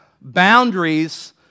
boundaries